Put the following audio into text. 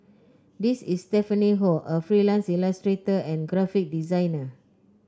this is Stephanie Ho a freelance illustrator and graphic designer